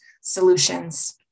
solutions